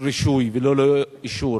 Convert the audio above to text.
רישוי וללא אישור.